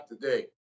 today